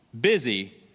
busy